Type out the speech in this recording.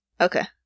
Okay